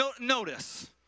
notice